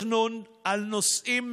כישלון על כישלון על כישלון,